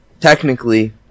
technically